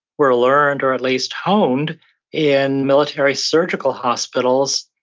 were learned, or at least honed in military surgical hospitals,